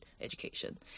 education